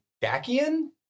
Dacian